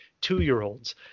two-year-olds